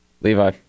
Levi